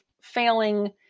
failing